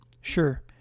sure